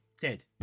dead